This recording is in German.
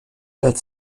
wieder